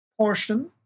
portion